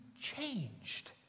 changed